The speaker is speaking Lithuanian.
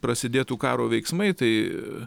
prasidėtų karo veiksmai tai